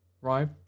right